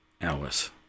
Alice